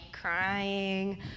crying